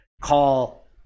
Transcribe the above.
call